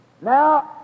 Now